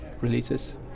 releases